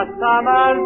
summer